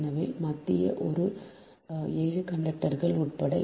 எனவே மத்திய ஒரு 7 கண்டக்டர்கள் உட்பட